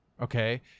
Okay